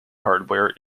hardware